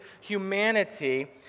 humanity